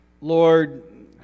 Lord